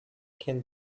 can